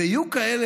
ויהיו כאלה,